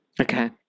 Okay